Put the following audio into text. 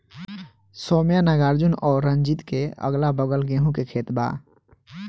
सौम्या नागार्जुन और रंजीत के अगलाबगल गेंहू के खेत बा